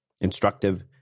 instructive